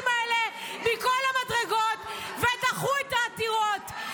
האלה מכל המדרגות ודחו את העתירות,